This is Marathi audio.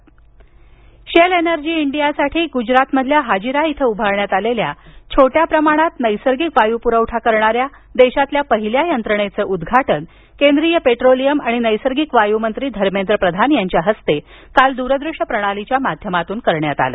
प्रधान शेल एनर्जी इंडिया साठी गुजरातमधील हाजिरा इथं उआरण्यात आलेल्या छोट्या प्रमाणात नैसर्गिक वायूपुरवठा करणाऱ्या देशातील पहिल्या यंत्रणेच उद्घाटन केंद्रीय पेट्रोलियम आणि नैसर्गिक वायूमंत्री धर्मेद्र प्रधान यांच्या हस्ते काल द्रदृश्य प्रणालीच्या माध्यमातून करण्यात आलं